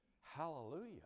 hallelujah